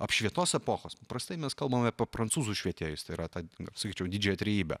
apšvietos epochos paprastai mes kalbame apie prancūzų švietėjus tai yra tą sakyčiau didžiąją trejybę